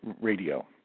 radio